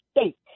state